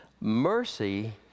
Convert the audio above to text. Mercy